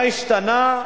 מה השתנה?